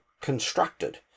Constructed